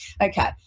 Okay